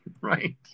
right